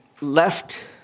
left